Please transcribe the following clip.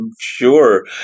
sure